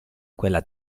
quella